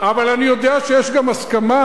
אבל אני יודע שיש גם הסכמה,